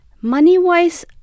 Money-wise